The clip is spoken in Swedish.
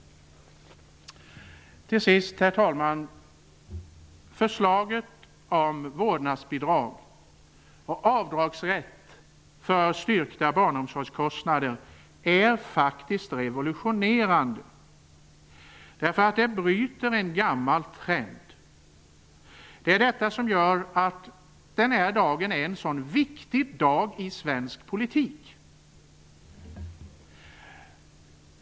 Herr talman! Förslaget om vårdnadsbidrag och avdragsrätt för styrkta barnomsorgskostnader är faktiskt revolutionerande. Det bryter en gammal trend. Det är detta som gör att den här dagen är en så viktig dag i svensk politik.